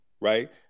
right